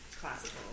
classical